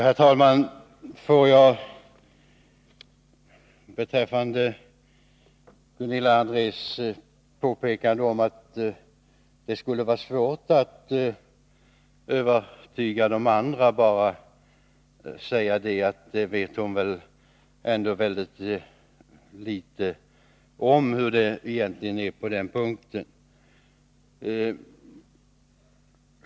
Herr talman! Får jag beträffande Gunilla Andrés påpekande om att det skulle vara svårt att övertyga de andra i vårt parti bara säga att hon väl ändå vet ytterst litet om hur det egentligen förhåller sig med det.